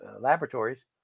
Laboratories